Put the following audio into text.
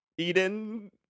Eden